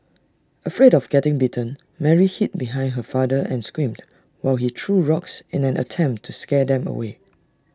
afraid of getting bitten Mary hid behind her father and screamed while he threw rocks in an attempt to scare them away